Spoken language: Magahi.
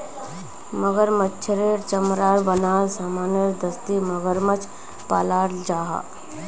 मगरमाछेर चमरार बनाल सामानेर दस्ती मगरमाछ पालाल जाहा